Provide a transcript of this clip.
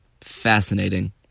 fascinating